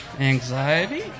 Anxiety